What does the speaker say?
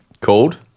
Called